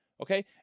okay